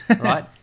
Right